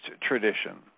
tradition